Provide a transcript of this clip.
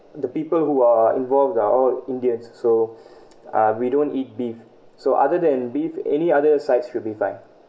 the people who are involved are all indians so uh we don't eat beef so other than beef any other sides will be fine